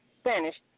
Spanish